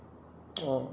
orh